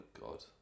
God